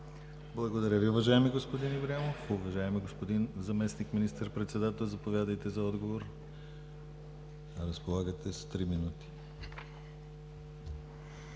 Благодаря, уважаеми господин Ибрямов. Уважаеми господин Заместник министър-председател, заповядайте за отговор. Разполагате с три минути.